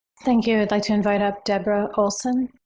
thank you. i'd like to invite up deborah olsen.